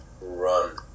Run